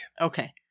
Okay